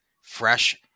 fresh